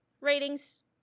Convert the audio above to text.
ratings